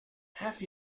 have